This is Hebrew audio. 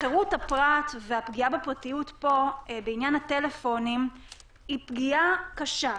חירות הפרט והפגיעה בפרטיות בעניין הטלפונים היא פגיעה קשה,